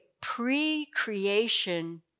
pre-creation